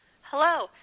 Hello